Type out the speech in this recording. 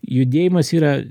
judėjimas yra